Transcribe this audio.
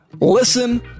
listen